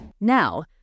Now